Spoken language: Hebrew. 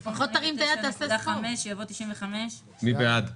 במקום 78.70 יבוא 85. מי בעד?